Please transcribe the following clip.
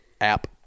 app